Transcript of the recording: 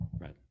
Right